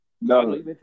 no